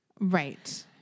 Right